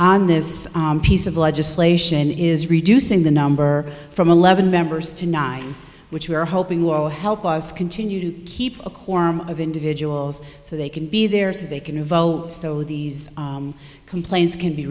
on this piece of legislation is reducing the number from eleven members to nine which we are hoping will help us continue to keep a quorum of individuals so they can be there so they can vote so these complaints can be